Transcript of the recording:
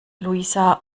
luisa